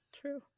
True